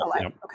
Okay